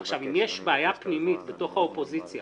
אם יש בעיה פנימית בתוך האופוזיציה